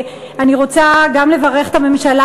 אני רוצה גם לברך את הממשלה,